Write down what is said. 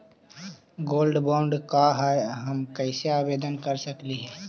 Gold bond का है, हम कैसे आवेदन कर सकली ही?